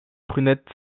prunette